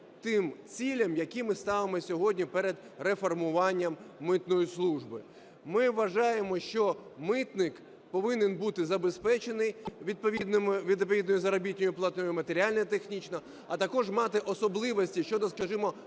тим цілям, які ми ставимо сьогодні перед реформуванням митної служби. Ми вважаємо, що митник повинен бути забезпечений відповідною заробітною платою, матеріально-технічно, а також мати особливості щодо, скажімо,